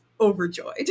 overjoyed